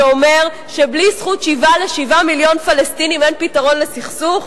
שאומר שבלי זכות שיבה ל-7 מיליון פלסטינים אין פתרון לסכסוך?